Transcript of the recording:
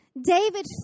David